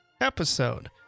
episode